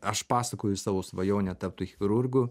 aš pasakoju savo svajonę tapti chirurgu